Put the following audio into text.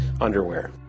underwear